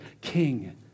king